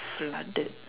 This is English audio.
flooded